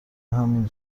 همین